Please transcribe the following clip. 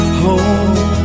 home